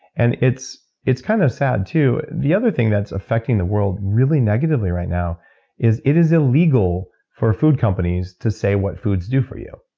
and it's it's kind of sad, too, the other thing that's affecting the world really negatively right now is it is illegal for food companies to say what foods do for you,